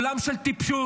עולם של טיפשות,